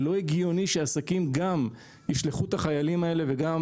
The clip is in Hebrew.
לא הגיוני שעסקים גם ישלחו את החיילים האלה וגם